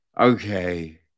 Okay